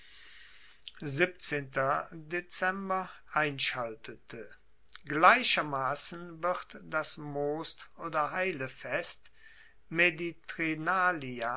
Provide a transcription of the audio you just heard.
einschaltete gleichermassen wird das most oder heilefest